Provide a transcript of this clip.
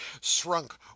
shrunk